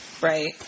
Right